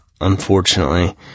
unfortunately